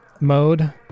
mode